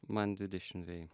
man dvidešimt dveji